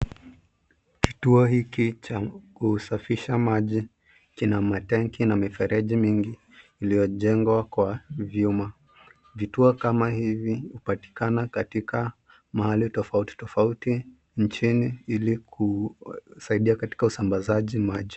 Kituo hiki cha kusafisha maji kina matenki na mifereji mingi iliyojengwa kwa vyuma. Vituo kama hivi hupatikana katika mahali tofauti tofauti nchini ili saidia katika usambazaji maji.